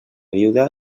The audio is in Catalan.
viuda